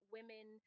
Women